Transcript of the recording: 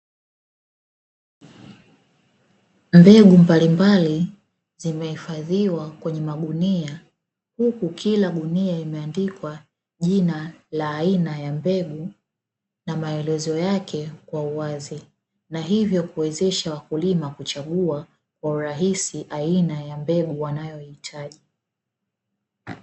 Mbegu mbalimbali zimehifadhiwa kwenye magunia, huku kila gunia imeandikwa jina la aina ya mbegu na maelezo yake kwa uwazi, na hivyo kuwezesha wakulima kuchagua kwa urahisi aina ya mbegu wanayohitaji.